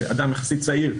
אדם יחסית צעיר,